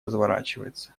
разворачивается